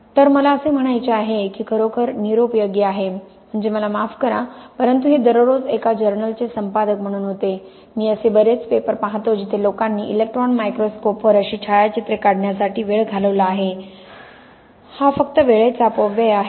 तर मला असे म्हणायचे आहे की हे खरोखर निरुपयोगी आहे म्हणजे मला माफ करा परंतु हे दररोज एका जर्नलचे संपादक म्हणून होते मी असे बरेच पेपर पाहतो जिथे लोकांनी इलेक्ट्रॉन मायक्रोस्कोपवर अशी छायाचित्रे काढण्यासाठी वेळ घालवला आहे हा फक्त वेळेचा अपव्यय आहे